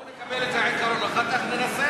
בוא נקבל את העיקרון ואחר כך ננסח.